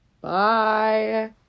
Bye